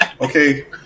Okay